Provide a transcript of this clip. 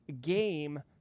game